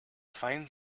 find